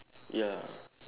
ya